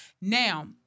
Now